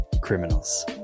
criminals